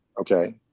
Okay